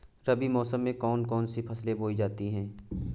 रबी मौसम में कौन कौन सी फसलें बोई जाती हैं?